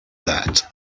that